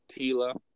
Tila